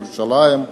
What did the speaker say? ירושלים,